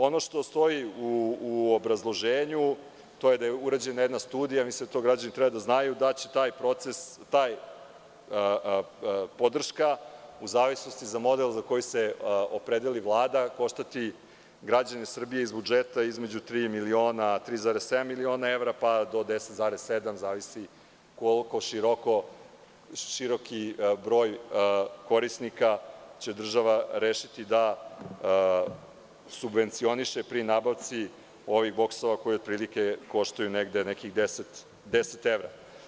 Ono što stoji u obrazloženju jeste da je urađena jedna studija, mislim da to građani treba da znaju, da će ta podrška, u zavisnosti od model za koji se opredeli Vlada, koštati građane Srbije iz budžeta između tri miliona, 3,7 miliona evra, pa do 10,7, zavisi koliko široki broj korisnika će država rešiti da subvencioniše pri nabavci ovih boksova, koji otprilike koštaju nekih 10 evra.